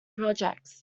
projects